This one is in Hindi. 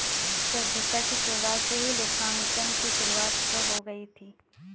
सभ्यता की शुरुआत से ही लेखांकन की शुरुआत हो गई थी